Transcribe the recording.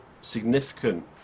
significant